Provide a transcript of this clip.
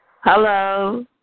Hello